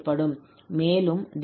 மேலும் 𝑑𝑡 என்பது dx ஆக இருக்கும்